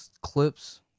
clips